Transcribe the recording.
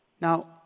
Now